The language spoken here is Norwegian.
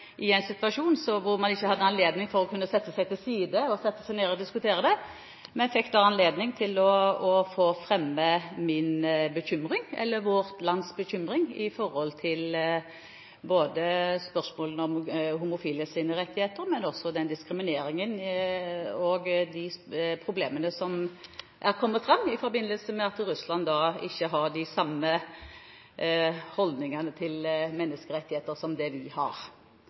anledning til å gå til side og sette seg ned og diskutere det. Men jeg fikk anledning til å fremme vårt lands bekymring når det gjaldt spørsmålene om både homofiles rettigheter og den diskrimineringen og de problemene som er kommet fram i forbindelse med at Russland ikke har de samme holdningene til menneskerettigheter som det vi har.